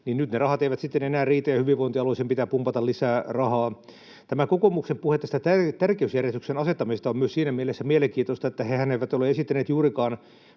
— nyt ne rahat eivät sitten enää riitä, ja hyvinvointialueisiin pitää pumpata lisää rahaa. Tämä kokoomuksen puhe tästä tärkeysjärjestyksen asettamisesta on myös siinä mielessä mielenkiintoista, että hehän eivät ole esittäneet juurikaan